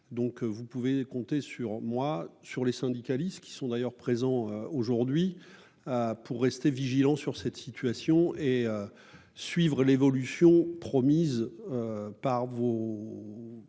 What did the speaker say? Donc vous pouvez compter sur moi, sur les syndicalistes qui sont d'ailleurs présents aujourd'hui. Pour rester vigilant sur cette situation et. Suivre l'évolution promise. Par vos.